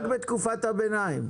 רק בתקופת הביניים.